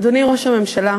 אדוני ראש הממשלה,